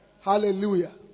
Hallelujah